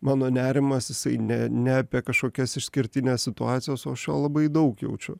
mano nerimas jisai ne ne apie kažkokias išskirtinės situacijos o aš jo labai daug jaučiu